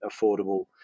affordable